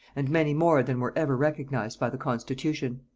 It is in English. and many more than were ever recognised by the constitution.